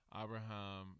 Abraham